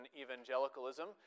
evangelicalism